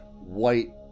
white